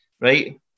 right